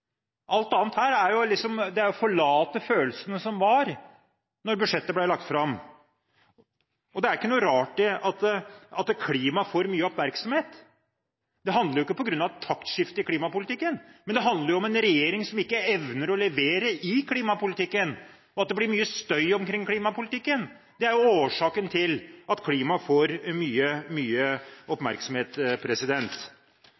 Alt annet er å forlate de følelsene som var da budsjettet ble lagt fram. Det er ikke noe rart at klima får mye oppmerksomhet. Det er ikke på grunn av et taktskifte i klimapolitikken, det handler om en regjering som ikke evner å levere i klimapolitikken, og om at det blir mye støy omkring klimapolitikken. Det er årsaken til at klima får mye